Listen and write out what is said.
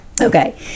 okay